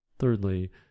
Thirdly